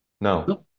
no